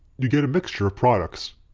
you'd get a mixture of products.